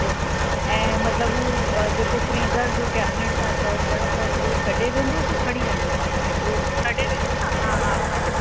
okay ऐं मतलबु हू जेको फ़्रीज़र जो केबिनेट तव्हां चयो पिया हू छॾे वेंदो कि खणी वेंदो पाण सां उहो छॾे वेंदो न हा हा हा